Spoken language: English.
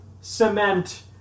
cement